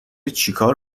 چیکار